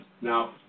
now